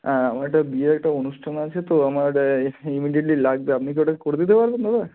হ্যাঁ আমার একটা বিয়ের একটা অনুষ্ঠান আছে তো আমার ইমিডিয়েটলি লাগবে আপনি কি ওটা করে দিতে পারবেন দাদা